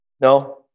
no